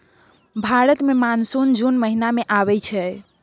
भारत मे monsoon June महीना मे आबय छै